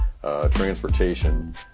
Transportation